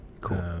Cool